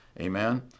Amen